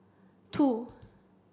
two